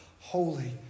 holy